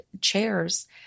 chairs